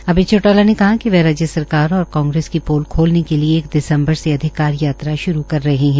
अभय चौटाला ने कहा कि वह राज्य सरकार और कांग्रेस की पोल खोलने के लिए एक दिसम्बर से अधिकार यात्रा श्रू कर रहे है